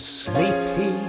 sleepy